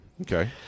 Okay